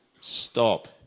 Stop